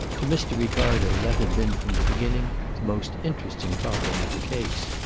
to mr. ricardo that had been from the beginning the most interesting problem of the case.